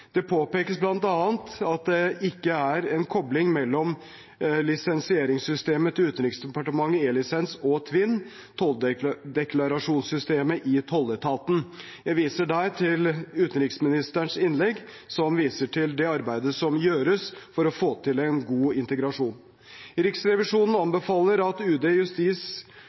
Det påpekes bl.a. at det ikke er en kobling mellom lisensieringssystemet til Utenriksdepartementet E-lisens og TVINN, tolldeklarasjonssystemet i tolletaten. Jeg viser der til utenriksministerens innlegg som viser til det arbeidet som gjøres for å få til en god integrasjon. Riksrevisjonen anbefaler at Utenriksdepartementet, Justis-